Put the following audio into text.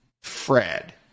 Fred